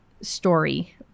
story